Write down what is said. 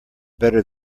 better